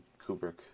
Kubrick